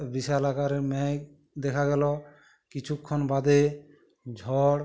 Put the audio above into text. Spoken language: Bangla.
বিশাল আকারের মেঘ দেখা গেলো কিছুক্ষণ বাদে ঝড়